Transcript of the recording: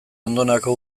ondonako